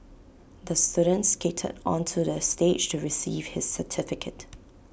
the student skated onto the stage to receive his certificate